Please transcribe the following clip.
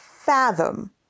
fathom